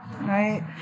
right